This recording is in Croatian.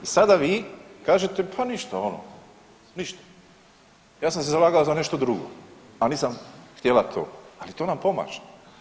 Sad vi kažete pa ništa, ono, ništa, ja sam se zalagao za nešto drugo, ali sam htjela to, ali to nam pomaže.